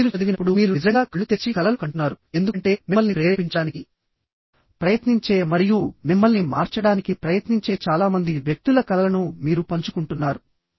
మీరు చదివినప్పుడు మీరు నిజంగా కళ్ళు తెరిచి కలలు కంటున్నారు ఎందుకంటే మిమ్మల్ని ప్రేరేపించడానికి ప్రయత్నించే మరియు మిమ్మల్ని మార్చడానికి ప్రయత్నించే చాలా మంది వ్యక్తుల కలలను మీరు పంచుకుంటున్నారు